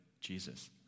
Jesus